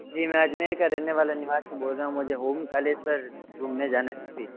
जी मैं अजमेर का रहने वाला निवासी बोल रहा हूँ मुझे ओंकालेश्वर घूमने जाना है